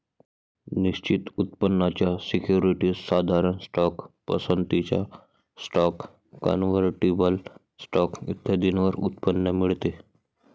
निश्चित उत्पन्नाच्या सिक्युरिटीज, साधारण स्टॉक, पसंतीचा स्टॉक, कन्व्हर्टिबल स्टॉक इत्यादींवर उत्पन्न मिळते